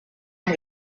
amb